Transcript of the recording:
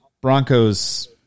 Broncos